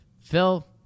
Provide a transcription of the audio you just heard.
Phil